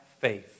faith